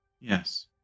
Yes